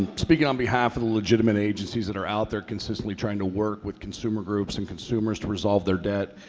and speaking on behalf of the legitimate agencies that are out there consistently trying to work with consumer groups and consumers to resolve their debt,